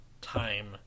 time